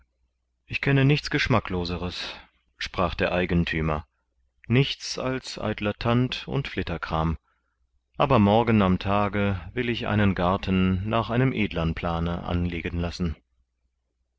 ich kenne nichts geschmackloseres sprach der eigenthümer nichts als eitler tand und flitterkram aber morgen am tage will ich einen garten nach einem edlern plane anlegen lassen